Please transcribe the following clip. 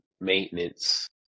maintenance